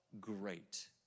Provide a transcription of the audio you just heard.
great